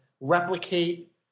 replicate